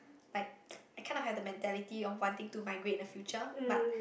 like I can't have the mentality of wanting to my migrate in the future but